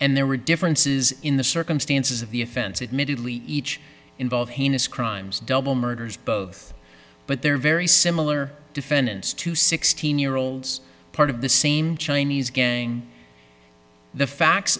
and there were differences in the circumstances of the offense admittedly each involved heinous crimes double murders both but they're very similar defendants to sixteen year olds part of the same chinese gang the facts